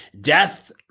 Death